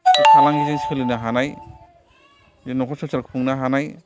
फालांगिजों सोलिनो हानाय बे न'खर संसार खुंनो हानाय